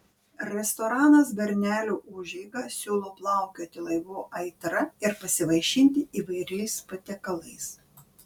restoranas bernelių užeiga siūlo plaukioti laivu aitra ir pasivaišinti įvairiais patiekalais